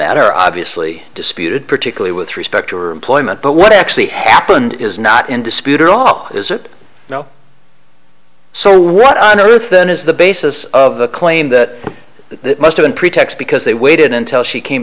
that are obviously disputed particularly with respect to or employment but what actually happened is not in dispute at all is it you know so what on earth then is the basis of the claim that the most of the pretext because they waited until she came